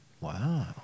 Wow